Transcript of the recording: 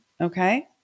Okay